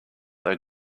they